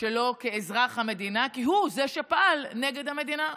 שלו כאזרח המדינה כי הוא זה שפעל נגד המדינה.